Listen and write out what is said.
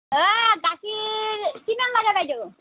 গাখীৰ কিমান লাগে বাইদেউ